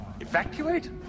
Evacuate